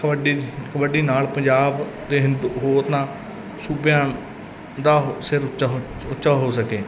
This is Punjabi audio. ਤੁਹਾਡੀ ਕਬੱਡੀ ਨਾਲ ਪੰਜਾਬ ਦੇ ਹਿੰਦ ਹੋਰਨਾਂ ਸੂਬਿਆਂ ਦਾ ਸਿਰ ਉੱਚਾ ਹੋ ਉੱਚਾ ਹੋ ਸਕੇ